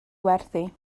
werthu